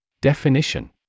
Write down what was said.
Definition